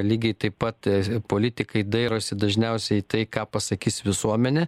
lygiai taip pat e politikai dairosi dažniausiai tai ką pasakys visuomenė